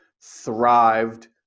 thrived